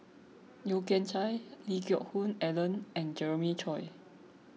Yeo Kian Chye Lee Geck Hoon Ellen and Jeremiah Choy